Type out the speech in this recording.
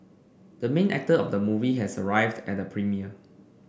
the main actor of the movie has arrived at the premiere